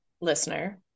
Listener